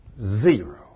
Zero